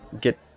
get